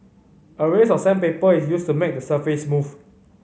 a range of sandpaper is used to make the surface smooth